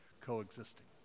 coexisting